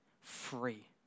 free